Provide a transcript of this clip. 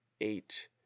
eight